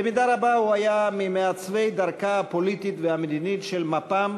במידה רבה הוא היה ממעצבי דרכה הפוליטית והמדינית של מפ"ם,